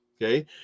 Okay